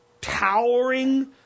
towering